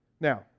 Now